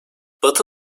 batı